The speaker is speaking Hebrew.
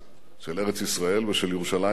של ארץ-ישראל ושל ירושלים בפרט.